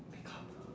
make up